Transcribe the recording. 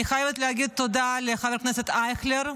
אני חייבת להגיד תודה לחבר הכנסת אייכלר,